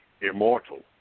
immortal